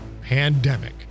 Pandemic